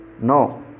No